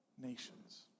nations